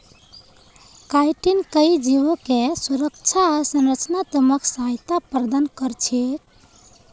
chitin कई जीवके सुरक्षा आर संरचनात्मक सहायता प्रदान कर छेक